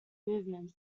movement